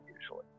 usually